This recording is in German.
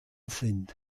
sind